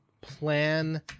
plan